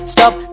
Stop